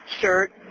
shirt